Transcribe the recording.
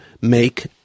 make